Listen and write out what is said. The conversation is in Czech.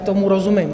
Tomu rozumím.